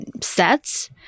sets